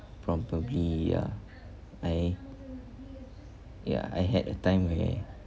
probably ya I ya I had a time where